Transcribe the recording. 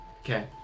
Okay